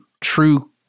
true